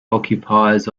occupies